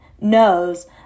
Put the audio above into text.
knows